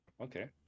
okay